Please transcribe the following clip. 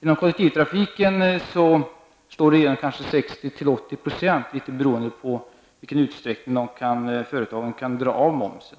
Inom kollektivtrafiken slår det kanske igenom till mellan 60 % och 80 %, något beroende på i vilken utsträckning företagen kan dra av momsen.